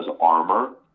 armor